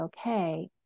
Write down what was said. okay